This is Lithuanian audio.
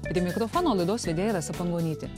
prie mikrofono laidos vedėja rasa pangonytė